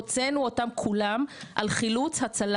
הוצאנו אותם כולם על חילוץ,